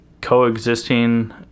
coexisting